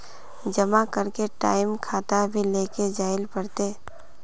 जमा करे के टाइम खाता भी लेके जाइल पड़ते?